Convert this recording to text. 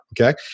okay